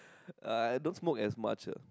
uh I don't smoke as much ah